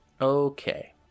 Okay